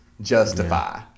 justify